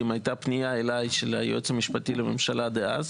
הייתה פנייה אליי של היועץ המשפטי לממשלה דאז